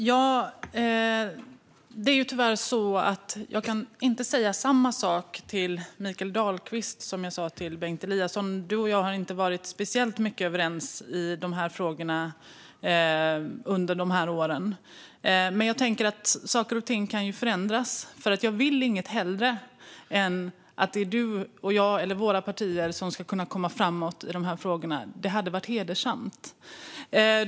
Fru talman! Tyvärr kan jag inte säga samma sak till Mikael Dahlqvist som jag sa till Bengt Eliasson. Du och jag har under åren inte varit särskilt mycket överens om dessa frågor. Men saker och ting kan ju förändras. Jag vill inget hellre än att du och jag och våra partier kan komma framåt i de här frågorna. Det vore hedersamt.